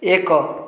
ଏକ